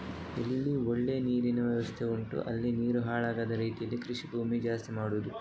ಎಲ್ಲಿ ಒಳ್ಳೆ ನೀರಿನ ವ್ಯವಸ್ಥೆ ಉಂಟೋ ಅಲ್ಲಿ ನೀರು ಹಾಳಾಗದ ರೀತೀಲಿ ಕೃಷಿ ಭೂಮಿ ಜಾಸ್ತಿ ಮಾಡುದು